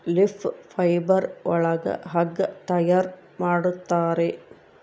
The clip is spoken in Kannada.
ಲೀಫ್ ಫೈಬರ್ ಒಳಗ ಹಗ್ಗ ತಯಾರ್ ಮಾಡುತ್ತಾರೆ